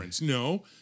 No